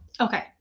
Okay